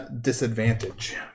disadvantage